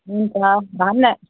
हुन्छ धन्य